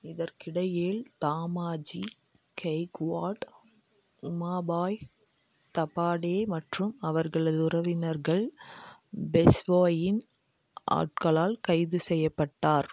இதற்கிடையில் தாமாஜி கெய்க்வாட் உமாபாய் தபாடே மற்றும் அவர்களது உறவினர்கள் பேஷ்வாவின் ஆட்களால் கைது செய்யப்பட்டார்